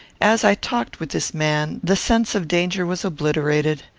as i talked with this man, the sense of danger was obliterated,